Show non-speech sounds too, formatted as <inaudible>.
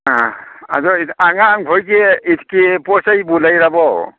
ꯑꯥ ꯑꯗꯣ ꯑꯉꯥꯡ ꯈꯣꯏꯒꯤ <unintelligible> ꯄꯣꯠ ꯆꯩꯕꯨ ꯂꯩꯔꯕꯣ